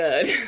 good